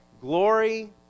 glory